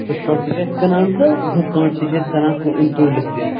یِتھٕ پٲٹھۍ تہِ چھِ أسۍ کٕنان تہٕ ہُتھٕ پٲٹھۍ تہِ چھِ أسۍ کٕنان توٗلِتھ تہِ